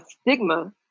stigma